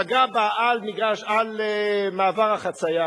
בתנאי הדרך, פגע בה על מעבר החצייה.